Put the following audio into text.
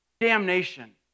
damnation